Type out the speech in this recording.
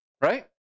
Right